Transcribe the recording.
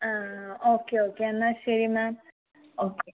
ആ okay okay എന്നാൽ ശരി മാം ഓക്കെ